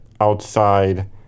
outside